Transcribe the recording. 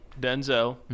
Denzel